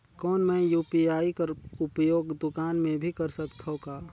कौन मै यू.पी.आई कर उपयोग दुकान मे भी कर सकथव का?